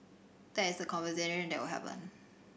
that is the conversation that will happen